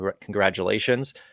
congratulations